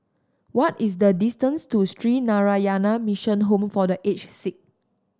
what is the distance to Sree Narayana Mission Home for The Aged Sick